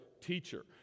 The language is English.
teacher